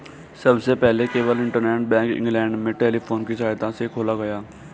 सबसे पहले केवल इंटरनेट बैंक इंग्लैंड में टेलीफोन की सहायता से खोला गया